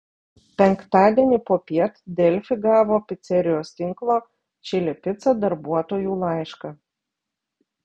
penktadienį popiet delfi gavo picerijos tinklo čili pica darbuotojų laišką